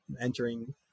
entering